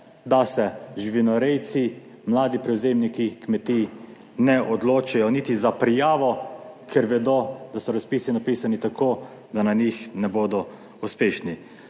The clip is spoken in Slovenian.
da se živinorejci, mladi prevzemniki kmetij ne odločajo niti za prijavo, ker vedo, da so razpisi napisani tako, da na njih ne bodo uspešni.